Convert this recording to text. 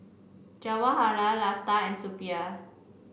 Jawaharlal Lata and Suppiah